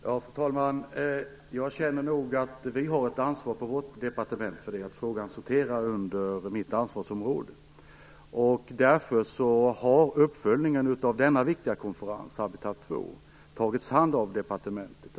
Fru talman! Jag känner att vi har ett ansvar på vårt departement. Frågan sorterar under mitt ansvarsområde. Därför har uppföljningen av denna viktiga konferens, Habitat II, tagits om hand av departementet.